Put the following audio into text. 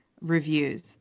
reviews